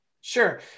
Sure